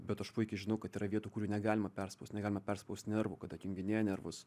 bet aš puikiai žinau kad yra vietų kurių negalima perspaust negalima neperspaust nervų kad atjunginėja nervus